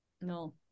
No